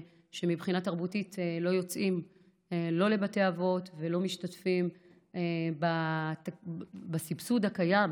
שמבחינה תרבותית לא יוצאים לא לבתי אבות ולא משתתפים בסבסוד הקיים,